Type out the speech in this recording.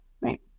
Right